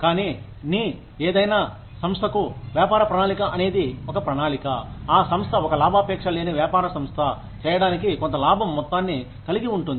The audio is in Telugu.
కానీ ఏదైనా సంస్థకు వ్యాపార ప్రణాళిక అనేది ఒక ప్రణాళిక ఆ సంస్థ ఒక లాభాపేక్ష లేని వ్యాపార సంస్థ చేయడానికి కొంత లాభం మొత్తాన్ని కలిగి ఉంటుంది